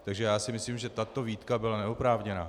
Takže si myslím, že tato výtka byla neoprávněná.